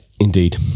indeed